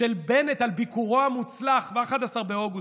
של בנט על ביקורו המוצלח ב-11 באוגוסט,